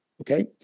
Okay